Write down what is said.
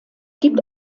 gibt